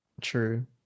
true